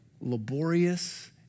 laborious